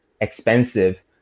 expensive